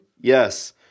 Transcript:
yes